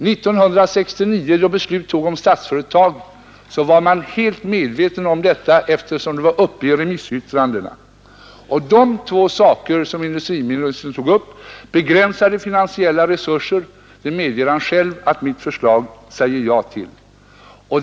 År 1969, då beslut fattades om Statsföretag, var man helt medveten om detta eftersom det behandlades i remissyttrandena. Den ena av de två saker som industriministern tog upp var begränsade finansiella resurser, och han medger själv att mitt förslag säger ja till sådana.